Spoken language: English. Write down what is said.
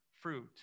fruit